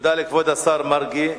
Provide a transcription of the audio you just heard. תודה לכבוד השר מרגי.